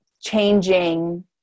changing